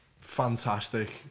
fantastic